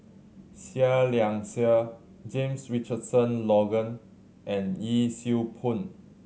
Seah Liang Seah James Richardson Logan and Yee Siew Pun